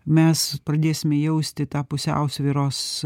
mes pradėsime jausti tą pusiausvyros